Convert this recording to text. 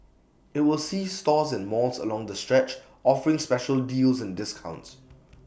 IT will see stores and malls along the stretch offering special deals and discounts